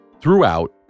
Throughout